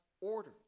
order